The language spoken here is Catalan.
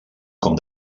com